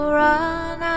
run